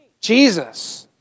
Jesus